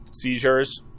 Seizures